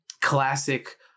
classic